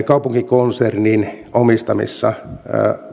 kaupunkikonsernin omistamissa